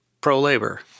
pro-labor